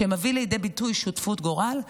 שמביא לידי ביטוי שותפות גורל,